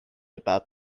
about